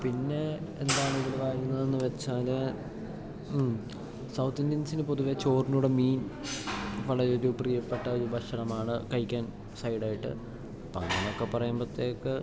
പിന്നെ എന്താണ് ഇതില് വരുന്നതെന്ന് വെച്ചാല് സൗത്തിന്ത്യൻസിന് പൊതുവെ ചൊറിൻ്റെ കൂടെ മീൻ വളരൊരു പ്രിയപ്പെട്ട ഒര് ഭക്ഷണമാണ് കഴിക്കാൻ സൈഡായിട്ട് ഇപ്പം ഇങ്ങനെ ഒക്കെ പറയുമ്പത്തേക്ക്